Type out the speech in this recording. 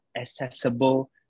accessible